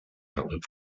outlive